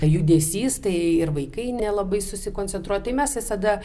judesys tai ir vaikai nelabai susikoncentruoja tai mes visada